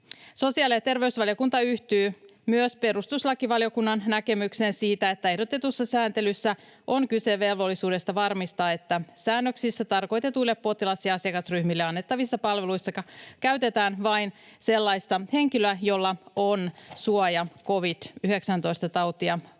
Sosiaali‑ ja terveysvaliokunta yhtyy myös perustuslakivaliokunnan näkemykseen siitä, että ehdotetussa sääntelyssä on kyse velvollisuudesta varmistaa, että säännöksissä tarkoitetuille potilas‑ ja asiakasryhmille annettavissa palveluissa käytetään vain sellaista henkilöä, jolla on suoja covid-19-tautia vastaan.